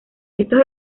estos